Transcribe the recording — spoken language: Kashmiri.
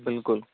بِلکُل